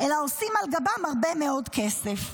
אלא עושים על גבם הרבה מאוד כסף.